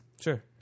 Sure